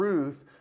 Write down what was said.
Ruth